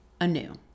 anew